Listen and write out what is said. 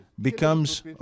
becomes